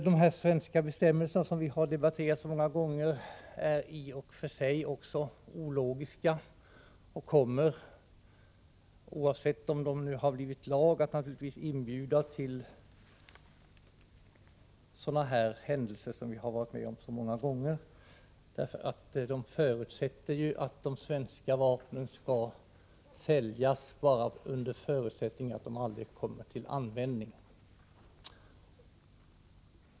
De svenska bestämmelserna, som vi har debatterat så ofta, är ologiska och kommer naturligtvis oavsett om de har blivit lag eller inte att inbjuda till händelser som vi har varit med om många gånger. Bestämmelserna förutsätter ju att de svenska vapnen skall säljas bara under förutsättning att de aldrig kommer till användning.